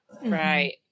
Right